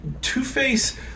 Two-Face